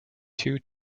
two